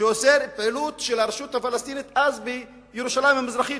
שאוסרת פעילות של הרשות הפלסטינית אז בירושלים המזרחית,